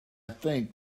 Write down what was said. think